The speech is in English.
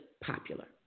popular